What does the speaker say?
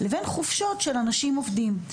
לבין חופשות של אנשים עובדים.